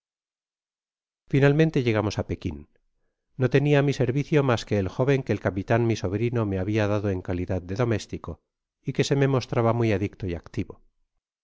finalmente llegamos á pekin no tenia á mi servicio mas que el jóven que el capitan mi sobrino me sabia dado en calidad de domestico y que se me mostraba muy adicto y activo